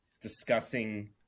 discussing